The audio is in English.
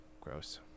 gross